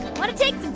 want to take some